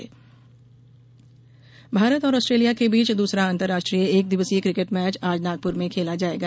cricket Bharat और Australia के बीच दूसरा अंतरराष्ट्रीय एक दिवसीय क्रिकेट मैच आज नागपुर में खेला जाएगा